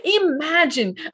Imagine